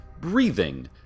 breathing